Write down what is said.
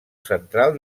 central